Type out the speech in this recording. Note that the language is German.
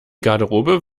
garderobe